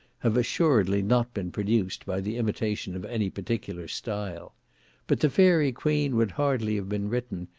have assuredly not been produced by the imitation of any particular style but the fairy queen would hardly have been written,